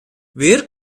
wer